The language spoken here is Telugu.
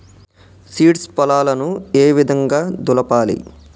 సీడ్స్ పొలాలను ఏ విధంగా దులపాలి?